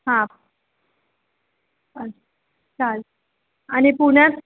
हां चाल आणि पुण्यात